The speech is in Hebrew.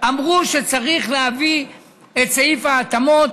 להביא את סעיף ההתאמות,